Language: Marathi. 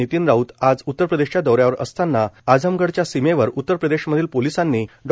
नितीन राऊत आज उत्तर प्रदेशच्या दौऱ्यावर असताना आझमगडच्या सीमेवर उत्तर प्रदेशमधील पोलिसांनी डॉ